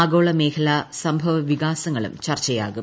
ആഗോള മേഖലാ സംഭവ വികാസങ്ങളും ചർച്ചയാകും